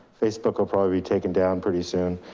facebook will probably be taken down pretty soon.